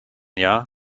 jahr